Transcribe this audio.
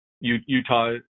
utah